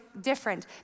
different